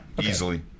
easily